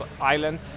island